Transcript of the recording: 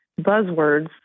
buzzwords